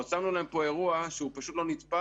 עוד שמנו להם כאן אירוע בפאתי כפר סבא שהוא פשוט לא נתפס.